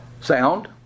Sound